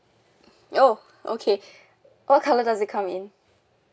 oh okay what colour does it come in